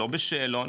לא בשאלון,